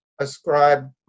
ascribe